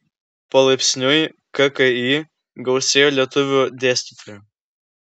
palaipsniui kki gausėjo lietuvių dėstytojų